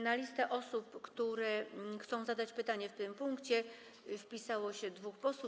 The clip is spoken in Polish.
Na listę osób, które chcą zadać pytanie w tym punkcie, wpisało się dwóch posłów.